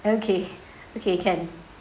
okay okay can